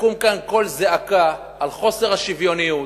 יקום כאן קול זעקה על חוסר השוויוניות,